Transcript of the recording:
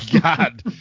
God